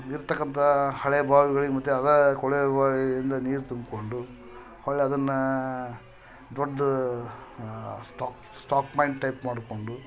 ಇರ್ತಕ್ಕಂತ ಹಳೆ ಬಾವಿಗಳಿಗೆ ಮತ್ತೆ ಅದೇ ಕೊಳವೆ ಬಾವಿ ಇಂದ ನೀರು ತುಂಬಿಕೊಂಡು ಹೊರ್ಳಿ ಅದನ್ನ ದೊಡ್ಡ ಸ್ಟಾಕ್ ಸ್ಟಾಕ್ಮೆಂಟ್ ಟೈಪ್ ಮಾಡಿಕೊಂಡು